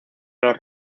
los